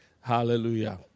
Hallelujah